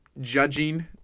judging